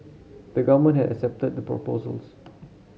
the Government had accepted the proposals